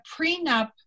prenup